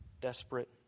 Desperate